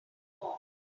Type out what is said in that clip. warm